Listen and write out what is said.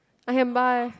I can buy